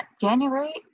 January